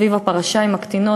סביב הפרשה עם הקטינות.